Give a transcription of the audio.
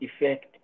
effect